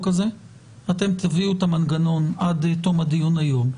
אתם תביאו את המנגנון עד תום הדיון היום,